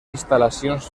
instal·lacions